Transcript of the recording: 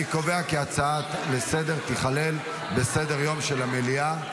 אני קובע כי ההצעה לסדר-היום תיכלל בסדר-היום של המליאה.